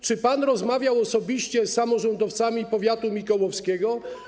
Czy rozmawiał pan osobiście z samorządowcami z powiatu mikołowskiego?